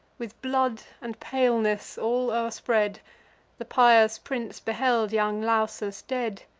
with blood and paleness all o'erspread, the pious prince beheld young lausus dead,